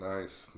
Nice